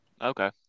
Okay